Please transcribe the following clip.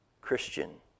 Christian